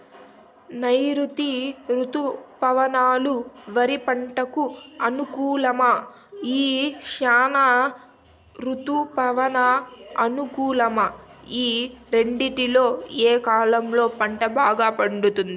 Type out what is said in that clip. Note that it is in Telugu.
నైరుతి రుతుపవనాలు వరి పంటకు అనుకూలమా ఈశాన్య రుతుపవన అనుకూలమా ఈ రెండింటిలో ఏ కాలంలో పంట బాగా పండుతుంది?